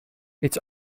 its